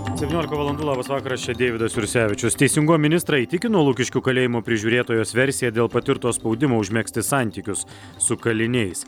septyniolika valandų labas vakaras čia deividas jursevičius teisingumo ministrą įtikino lukiškių kalėjimo prižiūrėtojos versija dėl patirto spaudimo užmegzti santykius su kaliniais